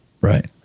right